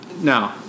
No